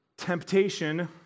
Temptation